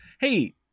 Hey